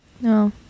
No